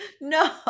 no